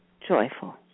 joyful